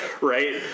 right